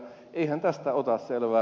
eihän tästä ota selvää